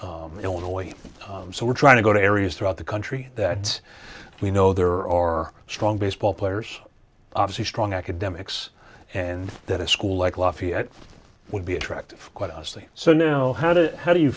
illinois so we're trying to go to areas throughout the country that we know there are or strong baseball players obviously strong academics and that a school like lafayette would be attractive quite honestly so know how to how do you